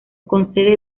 concede